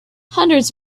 hundreds